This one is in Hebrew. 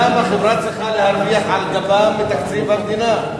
למה חברה צריכה להרוויחה על גבם מתקציב המדינה?